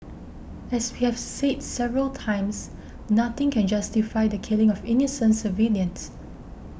as we have said several times nothing can justify the killing of innocent civilians